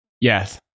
Yes